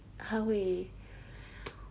他会